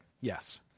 Yes